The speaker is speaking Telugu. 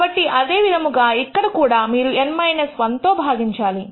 కాబట్టి అదే విధముగా ఇక్కడ కూడా మీరు N 1 తో భాగించాలి